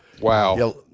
Wow